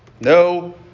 no